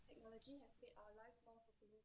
technology has made our lives more fulfilling